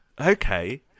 Okay